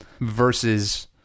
versus